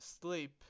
sleep